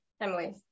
Emily